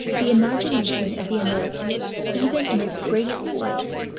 the imagination of the americans, even in its greatest flights,